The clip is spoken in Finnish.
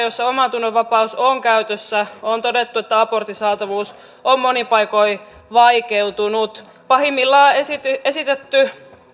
joissa omantunnonvapaus on käytössä on todettu että abortin saatavuus on monin paikoin vaikeutunut pahimmillaan esitetty esitetty